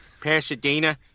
Pasadena